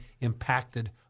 impacted